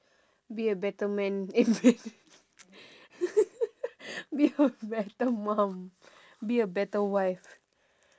be a better man eh be a better mum be a better wife